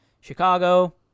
chicago